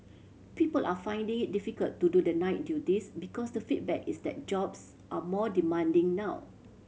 people are finding it difficult to do the night duties because the feedback is that jobs are more demanding now